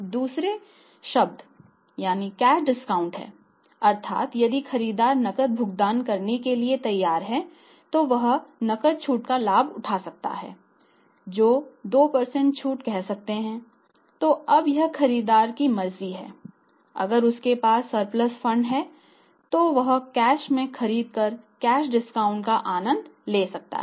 दूसरा शब्द नकद छूट हैं तो वह कैश में खरीद कर कैश डिस्काउंट का आनंद ले सकता है